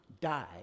died